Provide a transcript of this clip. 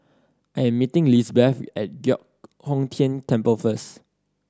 I'm meeting Lisbeth at Giok Hong Tian Temple first